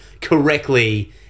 correctly